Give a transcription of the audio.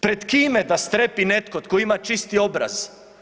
Pred kime da strepi netko tko ima čisti obraz.